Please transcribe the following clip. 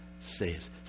says